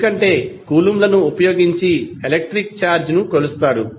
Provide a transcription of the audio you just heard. ఎందుకంటే కూలంబ్ లను ఉపయోగించి ఎలక్ట్రిక్ ఛార్జ్ కొలుస్తారు